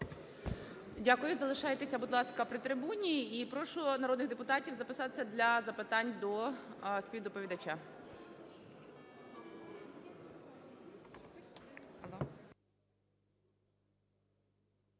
Дякую. Залишайтеся, будь ласка, при трибуні. І прошу народних депутатів записатися для запитань до співдоповідача.